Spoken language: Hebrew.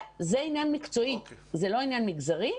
זה עניין מקצועי, זה לא עניין מגזרי.